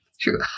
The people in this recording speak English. true